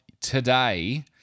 today